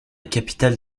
capitale